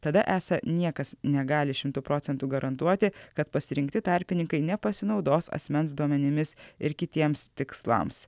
tada esą niekas negali šimtu procentų garantuoti kad pasirinkti tarpininkai nepasinaudos asmens duomenimis ir kitiems tikslams